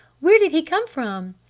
where did he come from?